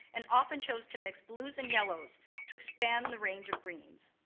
and often chose to mix blues and yellows to expand the range of greens.